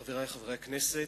תודה, חברי חברי הכנסת,